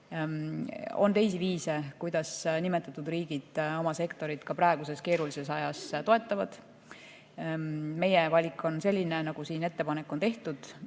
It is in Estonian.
On teisi viise, kuidas nimetatud riigid oma sektorit praegusel keerulisel ajal toetavad. Meie valik on selline, nagu siin ettepanek on tehtud.